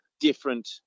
different